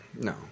No